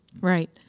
Right